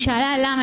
היא שאלה למה,